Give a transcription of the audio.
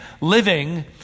living